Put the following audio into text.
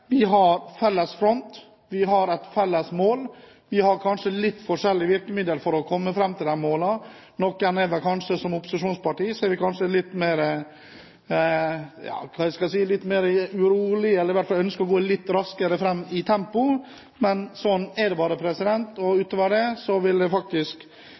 Vi har felles front. Vi har et felles mål. Vi har kanskje litt forskjelllige virkemidler for å komme fram til dette målet. Som opposisjonsparti er vi kanskje litt mer – skal vi si – urolige. Vi ønsker i hvert fall å gå litt raskere fram. Sånn er det bare. Utover det vil jeg si at den stortingsmeldingen som foreligger her, er et godt dokument og